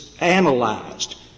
analyzed